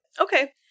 Okay